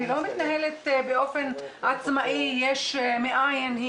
היא לא מתנהלת באופן עצמאי יש מאין,